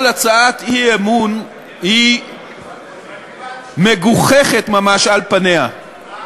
כל הצעת האי-אמון היא מגוחכת ממש, על פניה.